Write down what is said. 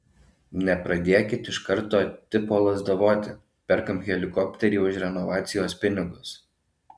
nepradėkit iš karto tipo lazdavoti perkam helikopterį už renovacijos pinigus